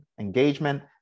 engagement